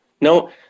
No